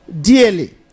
dearly